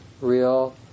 real